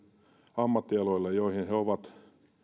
ammattialoille joille he ovat